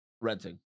Renting